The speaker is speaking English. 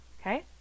Okay